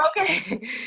okay